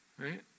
right